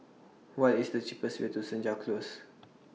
What IS The cheapest Way to Senja Close